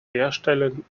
herstellen